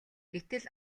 гэтэл